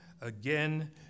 again